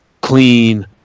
clean